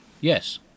Yes